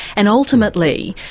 and ultimately,